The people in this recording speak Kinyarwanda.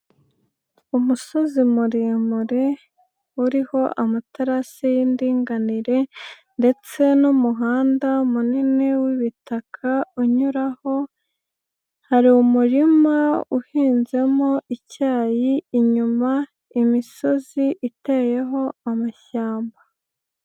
Umusozi muremure uriho amaterasi y'indinganire ndetse n'umuhanda munini w'ibitaka unyuraho, hari umurima uhinzemo icyayi, inyuma imisozi iteyeho amashyamba.